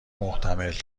محتمل